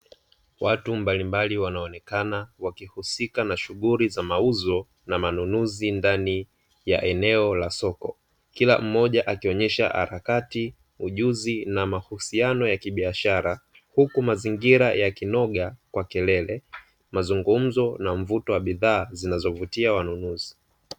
Watu mbalimbali wanaonekana wakihusika na shughuli za mauzo na manunuzi ndani ya eneo la soko, kila mmoja akionyesha harakati, ujuzi na mahusiano ya kibiashara huku mazingira yakinoga kwa kelele, mazungumzo na mvuto wa bidhaa zinazovutia wanunuzi.